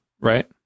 right